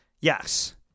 yes